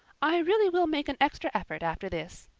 i really will make an extra effort after this.